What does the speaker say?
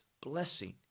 blessing